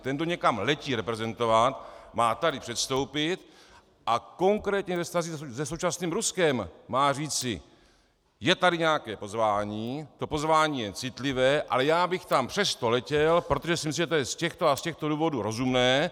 Ten, kdo někam letí reprezentovat, má tady předstoupit a konkrétně ve vztazích se současným Ruskem má říci: je tady nějaké pozvání, to pozvání je citlivé, ale já bych tam přesto letěl, protože si myslím, že je to z těchto a těchto důvodů rozumné.